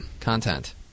Content